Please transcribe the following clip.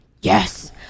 Yes